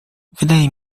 wydaje